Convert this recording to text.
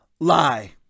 lie